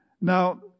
Now